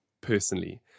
personally